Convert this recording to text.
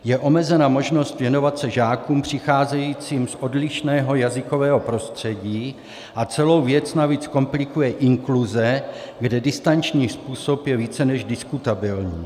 Je omezena možnost věnovat se žákům přicházejícím z odlišného jazykového prostředí a celou věc navíc komplikuje inkluze, kde distanční způsob je více než diskutabilní.